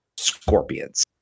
scorpions